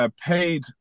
paid